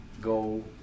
go